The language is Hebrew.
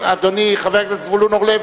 חבר הכנסת זבולון אורלב,